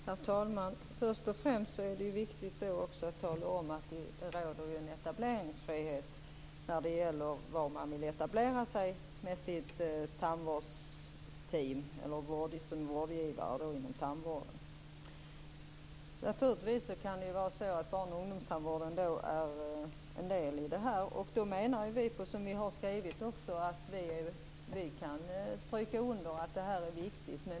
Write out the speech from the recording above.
Herr talman! Först och främst är det viktigt att tala om att det råder etableringsfrihet som vårdgivare inom tandvården. Barn och ungdomstandvården är en del i det hela. Vi kan stryka under att frågan är viktig.